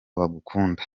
bagukunda